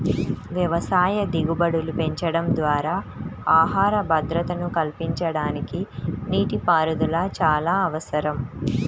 వ్యవసాయ దిగుబడులు పెంచడం ద్వారా ఆహార భద్రతను కల్పించడానికి నీటిపారుదల చాలా అవసరం